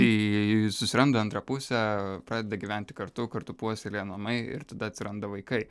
tai susiranda antrą pusę pradeda gyventi kartu kartu puoselėja namai ir tada atsiranda vaikai